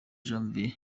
janvier